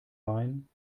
rein